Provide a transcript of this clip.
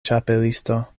ĉapelisto